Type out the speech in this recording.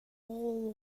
all